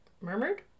murmured